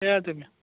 पळया तुमी